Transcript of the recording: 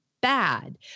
bad